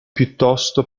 piuttosto